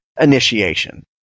initiation